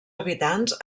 habitants